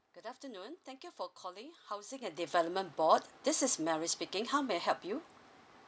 good afternoon thank you for calling housing and development board this is mary speaking how may I help you